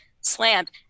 slammed